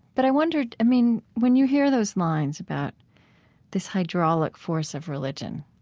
but i wondered, i mean, when you hear those lines about this hydraulic force of religion,